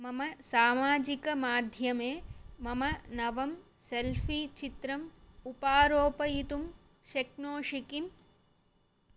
मम सामाजिकमाध्यमे मम नवं सेल्फ़ीचित्रम् उपारोपयितुं शक्नोषि किम्